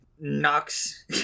knocks